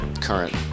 current